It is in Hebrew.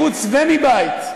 מחוץ ומבית,